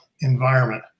environment